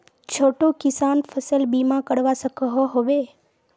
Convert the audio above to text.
छोटो किसान फसल बीमा करवा सकोहो होबे?